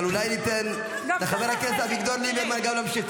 אבל אולי ניתן לחבר הכנסת אביגדור ליברמן להמשיך.